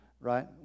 right